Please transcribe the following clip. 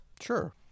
Sure